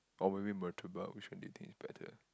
or maybe murtabak which one do you think is better